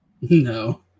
no